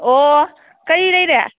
ꯑꯣ ꯀꯔꯤ ꯂꯩꯔꯦ